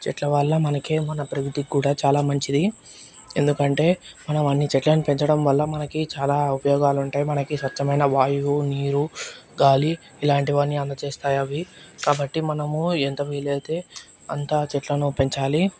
చెట్ల వల్ల మనకే మన ప్రగతికి కూడా చాలా మంచిది ఎందుకంటే మనం అన్ని చెట్లను పెంచడం వల్ల మనకి చాలా ఉపయోగాలు ఉంటాయి చెట్లను మనకి స్వచ్ఛమైన వాయువు నీరు గాలి ఇలాంటివన్నీ అందచేస్తాయి అవి కాబట్టి మనము ఎంత వీలైతే అంత చెట్లను పెంచాలి